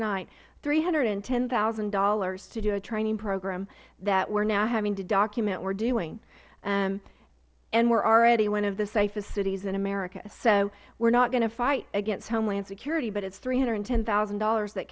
night three hundred and ten thousand dollars to do a training program that we are now having to document we are doing and we are already one of the safest cities in america so we are not going to fight against homeland security but it is three hundred and ten thousand dollars that